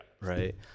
right